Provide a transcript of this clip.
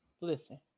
Listen